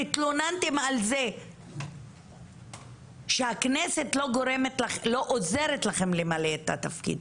התלוננתם על זה שהכנסת לא עוזרת לכם למלא את התפקיד.